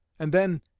and then,